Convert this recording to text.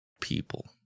people